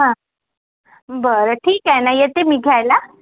बरं ठीक आहे ना येते मी घ्यायला